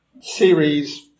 series